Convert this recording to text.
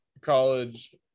college